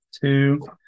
two